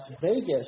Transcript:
Vegas